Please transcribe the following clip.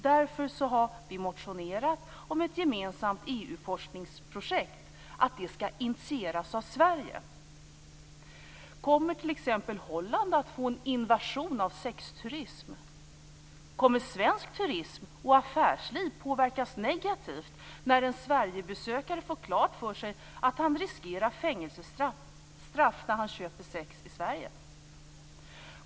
Därför har vi motionerat om att ett gemensamt EU-forskningsprojekt skall initieras av Sverige. Kommer t.ex. Holland att få en invasion av sexturism? Kommer svensk turism och affärsliv att påverkas negativt när en Sverigebesökare får klart för sig att han riskerar fängelsestraff när han köper sex i Sverige?